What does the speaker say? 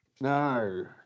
No